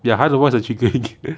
ya 他的 voice 很 triggering